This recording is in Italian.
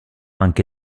anche